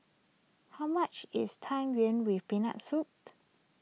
how much is Tang Yuen with Peanut Soup